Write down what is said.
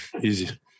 easy